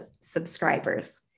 subscribers